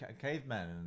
cavemen